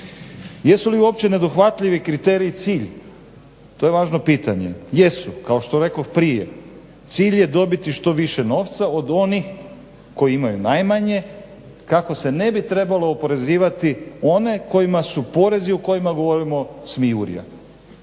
Jesu li uopće dohvatljivi kriterij i cilj? To je važno pitanje. Jesu, kao što rekoh prije, cilj je dobiti što više novca od onih koji imaju najmanje kako se ne bi trebalo oporezivati one kojima su porezi o kojima govorimo smijurija.